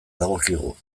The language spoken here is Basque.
dagokigu